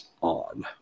on